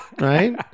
right